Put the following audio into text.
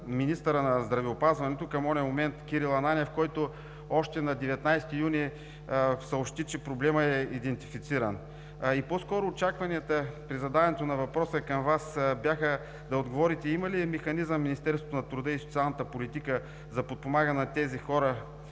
министъра на здравеопазването – към онзи момент Кирил Ананиев, който още на 19 юни съобщи, че проблемът е идентифициран. А и по-скоро очакванията при задаването на въпроса към Вас бяха да отговорите има ли механизъм Министерството на труда и социалната политика за подпомагане на тези хора